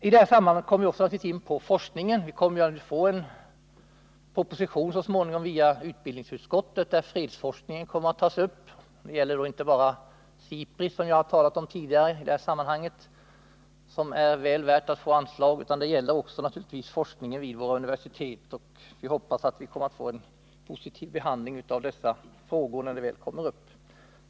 I det sammanhanget kommer vi naturligtvis också in på forskningen. Så småningom kommer vi att få en proposition via utbildningsutskottet, där fredsforskningen kommer att tas upp. Det gäller då inte bara SIPRI, som jag tidigare talade om i detta sammanhang och som är väl värt att få anslag, utan det gäller naturligtvis också forskningen vid våra universitet. Vi hoppas att dessa frågor, när de väl kommer upp, också kommer att få en positiv behandling.